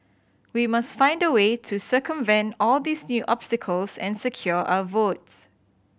we must find a way to circumvent all these new obstacles and secure our votes